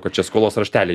kad čia skolos rašteliai